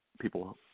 people